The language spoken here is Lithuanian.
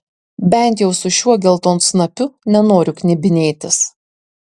bent jau su šiuo geltonsnapiu nenoriu knibinėtis